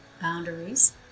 boundaries